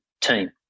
team